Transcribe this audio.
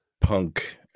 punk